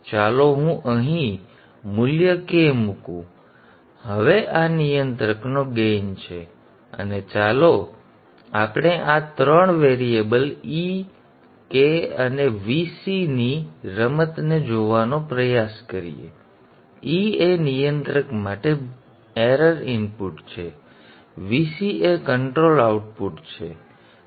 તેથી ચાલો હું અહીં મૂલ્ય k મૂકું તેથી હવે આ નિયંત્રકનો ગેઇન છે અને ચાલો આપણે આ 3 વેરિયેબલ e k અને Vc ની રમતને જોવાનો પ્રયાસ કરીએ e એ નિયંત્રક માટે ભૂલ ઇનપુટ છે Vc એ કંટ્રોલ આઉટપુટ વોલ્ટેજ છે